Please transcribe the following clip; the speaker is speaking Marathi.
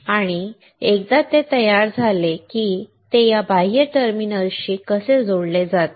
आणि एकदा ते तयार झाले की ते या बाह्य टर्मिनल्सशी कसे जोडले जाते